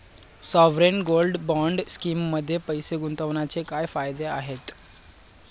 Sovereign gold bond स्कीममध्ये पैसे गुंतवण्याचे फायदे काय आहेत?